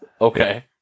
okay